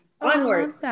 Onward